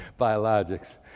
biologics